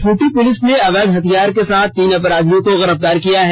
Khunti police ने अवैध हथियार के साथ तीन अपराधियों को गिरफ्तार किया है